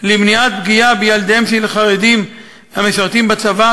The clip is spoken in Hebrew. למניעת פגיעה בילדיהם של חרדים המשרתים בצבא,